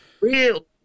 real